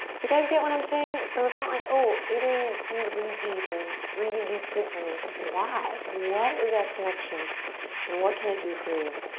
guys get what i'm saying? so it's not like, oh, adriene told me to breathe deep and breathing deep is good for me. it's like, why? what is that connection and what can it do for you?